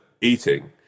eating